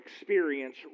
experience